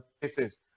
places